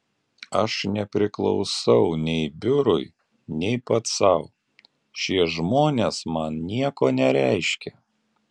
aš nepriklausau nei biurui nei pats sau šie žmonės man nieko nereiškia